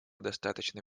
достаточно